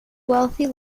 wealthy